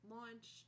launch